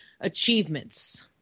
achievements